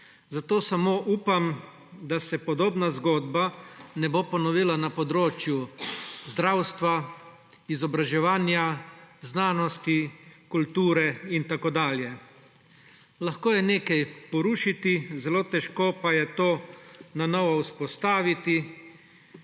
Zato samo upam, da se podobna zgodba ne bo ponovila na področju zdravstva, izobraževanja, znanosti, kulture in tako dalje. Lahko je nekaj porušiti, zelo težko pa je to nanovo vzpostaviti;